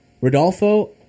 Rodolfo